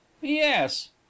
yes